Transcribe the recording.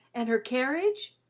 and her carriage?